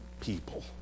people